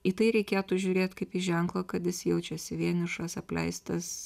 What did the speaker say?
į tai reikėtų žiūrėt kaip į ženklą kad jis jaučiasi vienišas apleistas